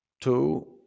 two